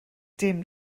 dim